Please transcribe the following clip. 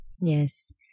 Yes